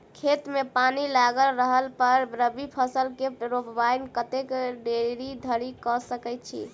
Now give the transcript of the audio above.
खेत मे पानि लागल रहला पर रबी फसल केँ रोपाइ कतेक देरी धरि कऽ सकै छी?